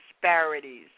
disparities